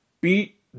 beat